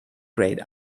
grayed